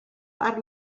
part